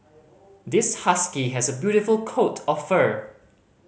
this husky has a beautiful coat of fur